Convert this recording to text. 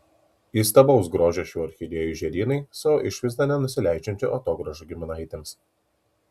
įstabaus grožio šių orchidėjų žiedynai savo išvaizda nenusileidžiančių atogrąžų giminaitėms